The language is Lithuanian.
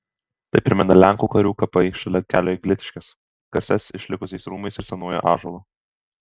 tai primena lenkų karių kapai šalia kelio į glitiškes garsias išlikusiais rūmais ir senuoju ąžuolu